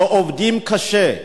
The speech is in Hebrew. שעובדים קשה,